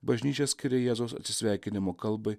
bažnyčia skiria jėzaus atsisveikinimo kalbai